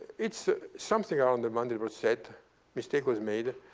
it's something around the mandelbrot set mistake was made.